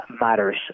matters